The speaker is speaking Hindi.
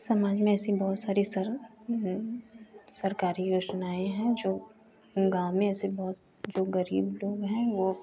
समाज में ऐसी बहुत सारी सर सरकारी योजनाएँ हैं जो गाँव में ऐसे बहुत जो गरीब लोग हैं वह